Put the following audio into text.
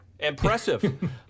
impressive